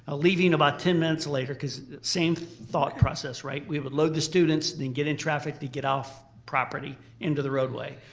ah leaving about ten minutes later because the same thought process, right? we would load the students then get in traffic to get off property into the road way.